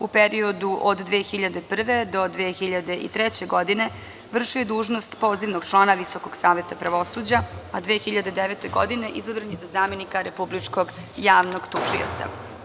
U periodu od 2001. do 2003. godine vršio je dužnost pozivnog člana Visokog saveta pravosuđa, a 2009. godine izabran je zamenika Republičkog javnog tužioca.